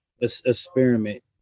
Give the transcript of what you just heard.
experiment